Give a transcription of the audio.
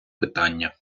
питання